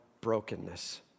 brokenness